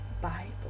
Bible